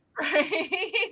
right